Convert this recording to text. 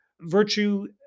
virtue